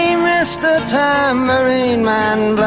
yeah mr tambourine man,